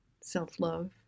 self-love